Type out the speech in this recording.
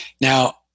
Now